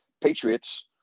Patriots